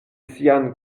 sian